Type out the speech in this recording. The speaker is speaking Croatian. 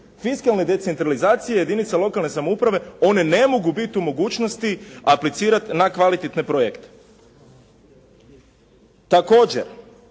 fiskalne decentralizacije jedinica lokalne samouprave one ne mogu biti u mogućnosti aplicirati na kvalitetne projekte. Također,